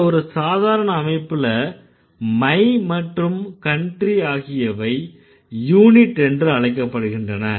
இந்த ஒரு சாதாரண அமைப்புல my மற்றும் country ஆகியவை யூனிட் என்று அழைக்கப்படுகின்றன